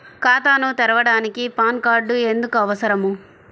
ఖాతాను తెరవడానికి PAN card ఎందుకు అవసరము?